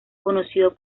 conocido